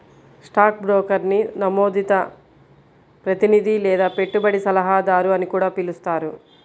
stock బ్రోకర్ని నమోదిత ప్రతినిధి లేదా పెట్టుబడి సలహాదారు అని కూడా పిలుస్తారు